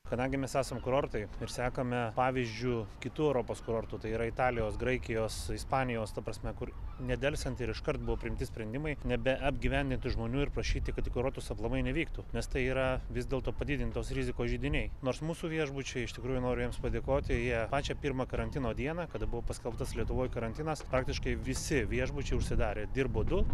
kadangi mes esam kurortai ir sekame pavyzdžiu kitų europos kurortų tai yra italijos graikijos ispanijos ta prasme kur nedelsiant ir iškart buvo priimti sprendimai nebe apgyvendinti žmonių ir prašyti kad į kurortus aplamai nevyktų nes tai yra vis dėlto padidintos rizikos židiniai nors mūsų viešbučiui iš tikrųjų noriu jums padėkoti jie pačią pirmą karantino dieną kada buvo paskelbtas lietuvoj karantinas praktiškai visi viešbučiai užsidarė dirbo du